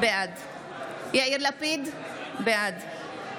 בעד יאיר לפיד, בעד